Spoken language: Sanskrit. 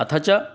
अथ च